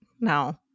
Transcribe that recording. No